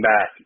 back